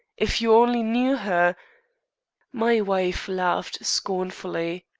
if you only knew her my wife laughed scornfully.